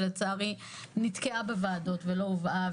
שלצערי נתקעה בוועדות ולא הובאה,